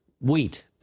wheat